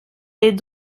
les